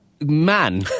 man